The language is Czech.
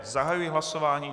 Zahajuji hlasování.